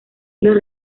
los